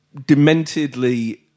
dementedly